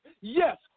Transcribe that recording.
Yes